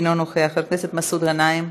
אינו נוכח, חבר הכנסת מסעוד גנאים,